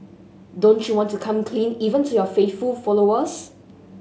don't you want to come clean even to your faithful followers